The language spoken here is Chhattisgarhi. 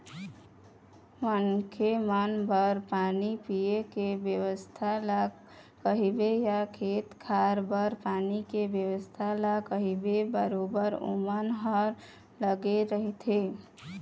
मनखे मन बर पानी पीए के बेवस्था ल कहिबे या खेत खार बर पानी के बेवस्था ल कहिबे बरोबर ओमन ह लगे रहिथे